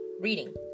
reading